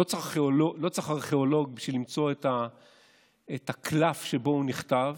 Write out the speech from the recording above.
לא צריך ארכיאולוג בשביל למצוא את הקלף שבו הוא נכתב.